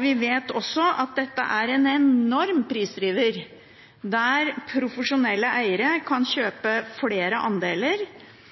Vi vet også at dette er en enorm prisdriver, der profesjonelle eiere kan kjøpe